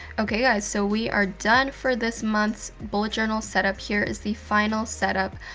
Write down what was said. okay guys, so we are done for this month's bullet journal setup. here is the final setup.